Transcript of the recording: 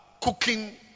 cooking